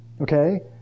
okay